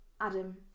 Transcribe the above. Adam